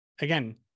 again